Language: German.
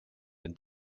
wenn